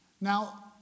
Now